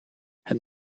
het